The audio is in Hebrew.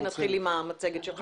אנחנו לא שמחים עם כמות התקלות שיש,